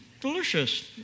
delicious